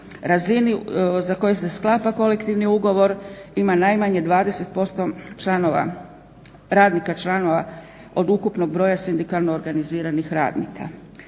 razini za koju se sklapa kolektivni ugovor ima najmanje 20% članova, radnika članova od ukupnog broja sindikalno organiziranih radnika,